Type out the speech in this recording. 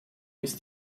ist